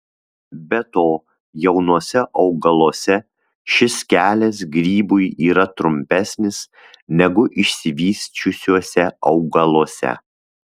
be to jaunuose augaluose šis kelias grybui yra trumpesnis negu išsivysčiusiuose augaluose